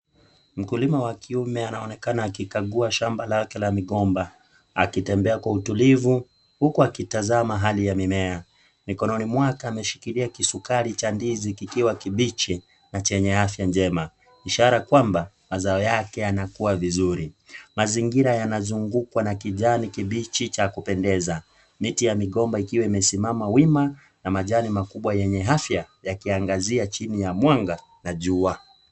Mkulima wa kiume anaonekana akikagua shamba lake la migomba akitembea kwa utulivu huku akitazama hali ya mimea mikononi mwake ameshikilia kisukari cha ndizi kikiwa kibichi na chenye afya njema, ishara kwamba mazao yake yanakuwa vizuri, mazingira yanazungukwa na kijani kibichi cha kupendeza, miti ya migomba ikiwa imesimama wima na majani makubwa yenye afya yakiangazia chini ya mwanga wa jua.